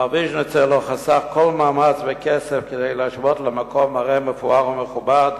מר ויז'ניצר לא חסך כל מאמץ וכסף כדי לשוות למקום מראה מפואר ומכובד,